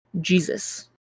Jesus